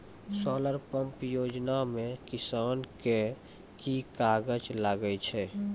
Solar pump योजना म किसान के की कागजात लागै छै?